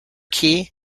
key